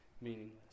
meaningless